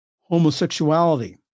homosexuality